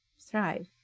thrive